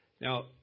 Now